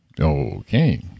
Okay